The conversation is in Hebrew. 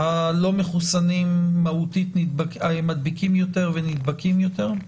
הלא מחוסנים מהותית מדביקים יותר ונדבקים יותר?